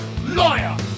Lawyer